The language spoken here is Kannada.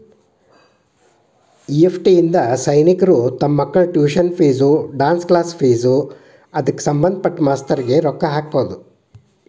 ಇ.ಎಫ್.ಟಿ ಇಂದಾ ಸೈನಿಕ್ರು ತಮ್ ಮಕ್ಳ tuition fees, dance class fees ನಾ ಅದ್ಕ ಸಭಂದ್ಪಟ್ಟ ಮಾಸ್ತರ್ರಿಗೆ ರೊಕ್ಕಾ ಹಾಕ್ಬೊದ್